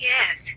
Yes